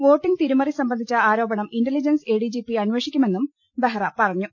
voting തിരിമറി സംബന്ധിച്ച ആരോപണം ഇന്റലിജൻസ് എഡിജിപി അമ്പേഷി ക്കുമെന്നും ബെഹ്റ പറഞ്ഞു